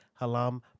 Halam